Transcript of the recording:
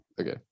Okay